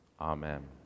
Amen